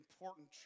important